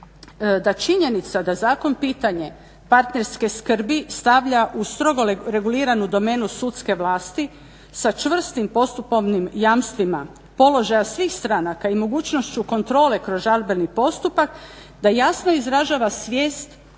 da činjenica da zakon pitanje parterske skrbi stavlja u strogo reguliranu domenu sudske vlasti sa čvrstim postupovnim jamstvima, položaja svih stranaka i mogućnošću kontrole kod žalbeni postupak da jasno izražava svijest